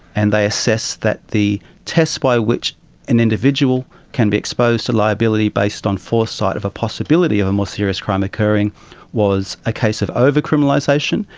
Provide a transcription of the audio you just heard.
and they assessed that the test by which an individual can be exposed to liability based on foresight of a possibility of a more serious crime occurring was a case of over-criminalisation,